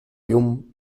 llum